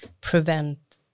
prevent